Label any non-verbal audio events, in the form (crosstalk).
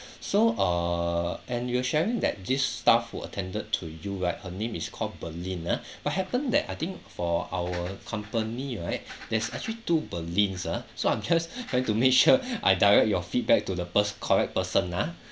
so err and you're sharing that this staff were attended to you right her name is called pearlyn ah what happened that I think for our company right there's actually two pearlyns ah so I'm just (laughs) trying to make sure I direct your feedback to the pers~ correct person ah